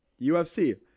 UFC